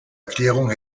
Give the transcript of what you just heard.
erklärung